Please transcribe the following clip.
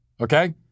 Okay